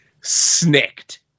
Snicked